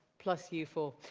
plus you four.